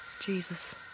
Jesus